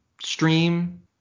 stream